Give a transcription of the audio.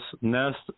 Nest